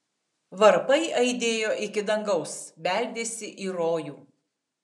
varpai aidėjo iki dangaus beldėsi į rojų